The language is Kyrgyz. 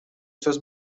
сөз